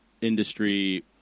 industry